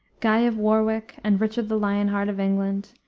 guy of warwick, and richard the lion heart of england,